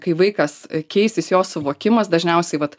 kai vaikas keisis jo suvokimas dažniausiai vat